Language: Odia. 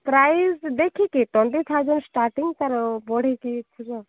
ପ୍ରାଇସ୍ ଦେଖିକି ଟ୍ୱେଣ୍ଟି ଥାଉଜେଣ୍ଡ୍ ଷ୍ଟାଟିଙ୍ଗ୍ କାରଣ ବଢ଼ିଛି ଏସବୁ ଆଉ